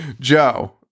Joe